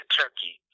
turkey